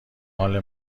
مال